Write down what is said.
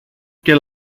και